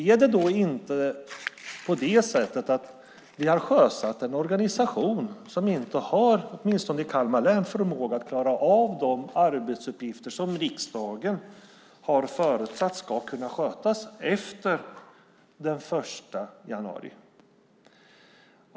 Är det då inte så att ni har sjösatt en organisation som åtminstone inte i Kalmar län har förmåga att klara av de arbetsuppgifter som riksdagen har förutsatt ska kunna skötas efter den 1 januari?